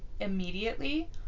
immediately